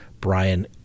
Brian